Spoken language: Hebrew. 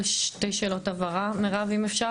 שתי שאלות הבהרה, אם אפשר?